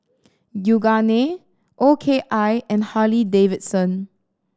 Yoogane O K I and Harley Davidson